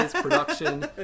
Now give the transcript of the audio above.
production